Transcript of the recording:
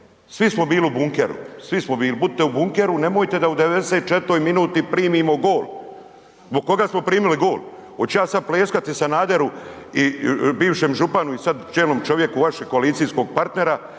svi smo bili u bunkeru, svi smo bili, budite u bunkeru nemojte da u 94.minuti primimo gol. Zbog koga smo primili gol? Hoću ja sada pleskati Sanaderu i bivšem županu i sada čelnom čovjeku vašeg koalicijskog partnera